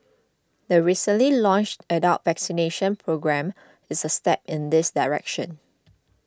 the recently launched adult vaccination programme is a step in this direction